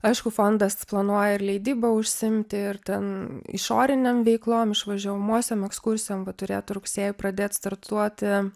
aišku fondas planuoja ir leidyba užsiimti ir ten išorinėm veiklom išvažiuojamosiom ekskursijom va turėtų rugsėjį pradėt startuoti